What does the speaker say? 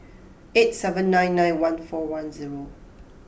eight seven nine nine one four one zero